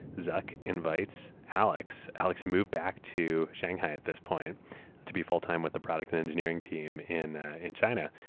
zuck invites alex. alex moved back to shanghai at this point to be full time with the product and engineering team in in china.